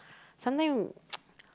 sometimes